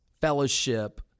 Fellowship